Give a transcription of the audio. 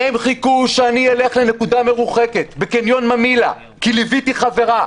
הם חיכו שאני אלך לנקודה מרוחקת בקניון ממילא כי ליוויתי חברה,